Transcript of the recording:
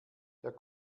der